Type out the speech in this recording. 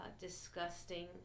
disgusting